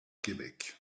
québec